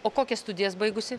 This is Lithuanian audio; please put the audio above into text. o kokias studijas baigusi